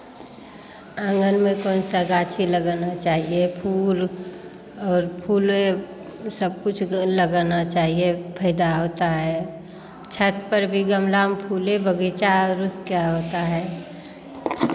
आंगन में कौन सा गाछी लगाना चाहिए फूल और फूले सब कुछ लगाना चाहिए फ़ायदा होता है छत पर भी गमला में फूले बगीचा और उस क्या होता है